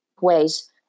ways